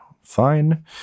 fine